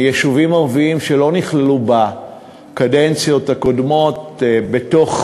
מיישובים ערביים שלא נכללו בקדנציות הקודמות בתוך